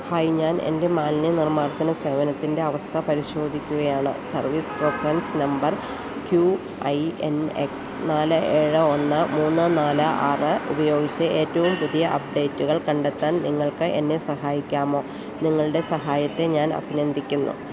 hi ഞാൻ എന്റെ മാലിന്യ നിർമ്മാർജന സേവനത്തിന്റെ അവസ്ഥ പരിശോധിക്കുകയാണ് service reference number Q I N X നാല് ഏഴ് ഒന്ന് മൂന്ന് നാല് ആറ് ഉപയോഗിച്ച് ഏറ്റവും പുതിയ അപ്ഡേറ്റുകൾ കണ്ടെത്താൻ നിങ്ങൾക്ക് എന്നെ സഹായിക്കാമോ നിങ്ങളുടെ സഹായത്തെ ഞാൻ അഭിനന്ദിക്കുന്നു